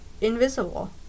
invisible